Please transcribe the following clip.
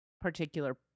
particular